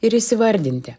ir įsivardinti